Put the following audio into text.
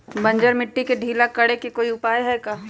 बंजर मिट्टी के ढीला करेके कोई उपाय है का?